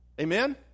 Amen